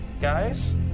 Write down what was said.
Guys